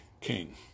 King